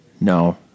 No